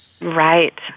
Right